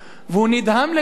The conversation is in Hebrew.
והוא נדהם לגלות,